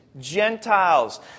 Gentiles